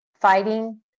fighting